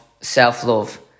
self-love